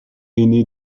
aîné